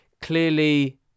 Clearly